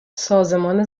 سازمان